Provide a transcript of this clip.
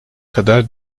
kadar